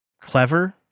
clever